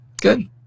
good